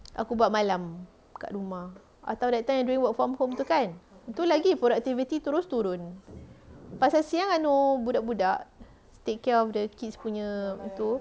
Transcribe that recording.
aku buat malam kat rumah atau that time during work from home tu kan tu lagi productivity terus turun pasal siang anuh budak-budak take care of the kids punya tu